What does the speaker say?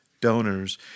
donors